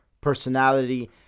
personality